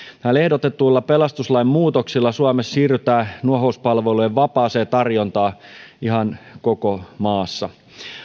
näillä ehdotetuilla pelastuslain muutoksilla siirrytään suomessa nuohouspalvelujen vapaaseen tarjontaan ihan koko maassa